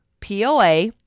POA